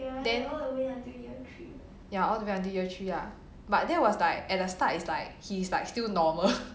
then ya all the way until year three lah but that was like at the start it's like he's like still normal